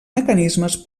mecanismes